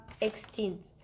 extinct